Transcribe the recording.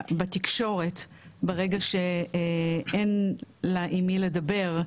בתקשורת ברגע שאין לה עם מי לדבר,